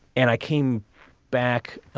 and i came back